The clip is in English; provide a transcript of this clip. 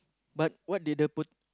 but what did the pot~